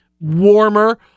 warmer